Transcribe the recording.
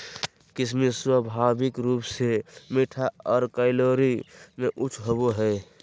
किशमिश स्वाभाविक रूप से मीठा आर कैलोरी में उच्च होवो हय